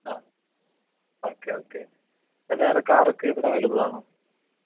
ആ okay okay വേറെ കാറൊക്കെ ഇവിടെ അവൈലബിൾ ആണോ